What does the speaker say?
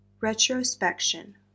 Retrospection